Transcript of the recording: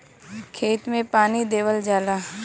खेत मे पानी देवल जाला